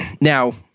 now